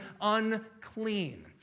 unclean